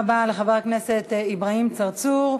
תודה רבה לחבר הכנסת אברהים צרצור.